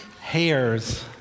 hairs